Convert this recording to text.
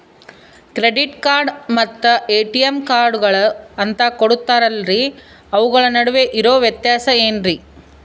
Credit card ಮತ್ತ ATM ಕಾರ್ಡುಗಳು ಅಂತಾ ಕೊಡುತ್ತಾರಲ್ರಿ ಅವುಗಳ ನಡುವೆ ಇರೋ ವ್ಯತ್ಯಾಸ ಏನ್ರಿ?